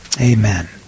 Amen